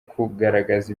kugaragaza